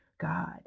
God